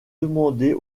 demander